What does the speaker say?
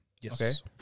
yes